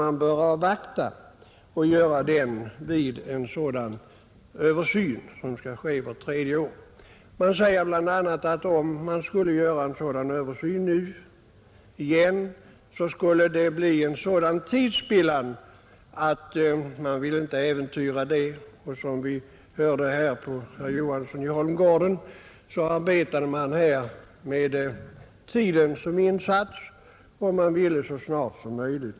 Den bör i stället företas vid den översyn som skall göras vart tredje år. Man säger bl.a. att om man gör översynen nu, så medför det tidsspillan, och det vill man inte vara med om. Vi hörde ju också av herr Johansson i Holmgården att man här arbetar med tiden som insats för att nå resultat så snart som möjligt.